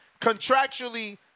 contractually